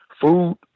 Food